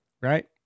right